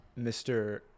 Mr